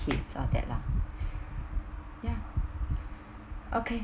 kids or that lah ya okay